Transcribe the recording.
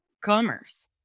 commerce